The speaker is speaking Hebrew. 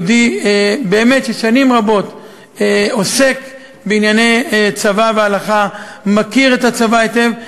יהודי ששנים רבות עוסק בענייני צבא והלכה ומכיר את הצבא היטב,